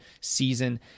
season